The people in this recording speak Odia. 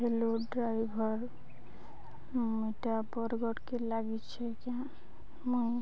ହ୍ୟାଲୋ ଡ୍ରାଇଭର ମିଇଟା ବରଗଡ଼ କେ ଲାଗିଛେ କାଁ ମୁଇଁ